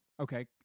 Okay